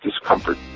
discomfort